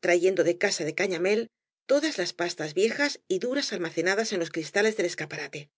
trayendo de casa de cañamél todas las pastas viejas y durai almacenadas en los cristales del escaparate